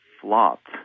flopped